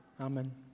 Amen